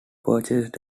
purchased